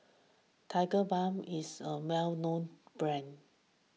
Tigerbalm is a well known brand